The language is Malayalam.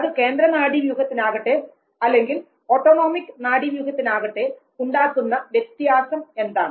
അത് കേന്ദ്ര നാഡീവ്യൂഹത്തിനാകട്ടെ അല്ലെങ്കിൽ ഓട്ടോണോമിക് നാഡീവ്യൂഹത്തിനാകട്ടെ ഉണ്ടാക്കുന്ന വ്യത്യാസം എന്താണ്